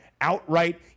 outright